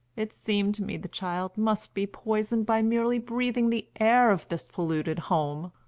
it seemed to me the child must be poisoned by merely breathing the air of this polluted home.